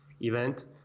event